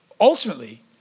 ultimately